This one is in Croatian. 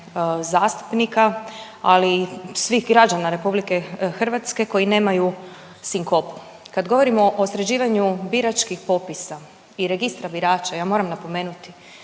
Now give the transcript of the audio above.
zastupnika, ali i svih građana RH koji nemaju sinkopu. Kad govorimo o sređivanju biračkih popisa i Registra birača, ja moram napomenuti